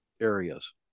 areas